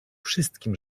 wszystkim